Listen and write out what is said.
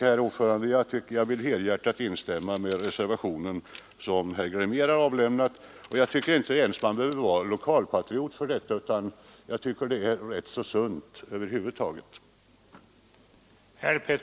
Därför vill jag, herr talman, helhjärtat instämma i de synpunkter som framförs i herr Glimnérs reservation. Jag tycker inte att man behöver vara lokalpatriot för att göra detta ställningstagande, utan jag anser helt enkelt att det är rätt sunt.